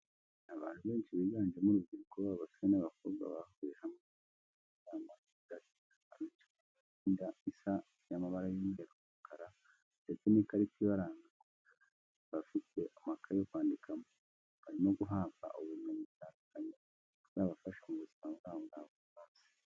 Abantu benshi biganjemo urubyiruko, abasore n'abakobwa bahuriye hamwe mu cyumba cy'inama kigari, abenshi bambaye imyenda isa y'amabara y'umweru n'umukara ndetse n'ikarita ibaranga mu ijosi bafite amakaye yo kwandikamo, barimo guhabwa ubumenyi butandukanye buzabafasha mu buzima bwabo bwa buri munsi.